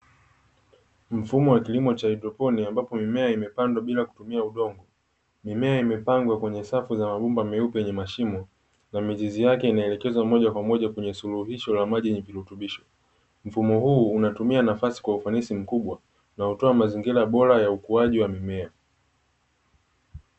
Mfumo wa kilimo cha haidroponi ambapo mimea imepandwa bila kutumia udongo. Mimea imepangwa kwenye safu za mabomba meupe yenye mashimo na mizizi yake inaelekezwa moja kwa moja kwenye suluhisho la maji yenye virutubisho. Mfumo huu umatumia nafasi kwa ufanisi mkubwa inayotoa mazingira bora ya ukuaji wa mimea.